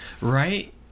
Right